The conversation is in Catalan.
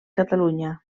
catalunya